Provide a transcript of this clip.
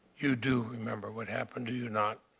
you do remember what happened, do you not?